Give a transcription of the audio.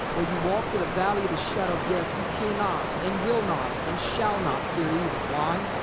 though you walk through the valley of the shadow of death you cannot and will not and shall not fear evil. why?